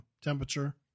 temperature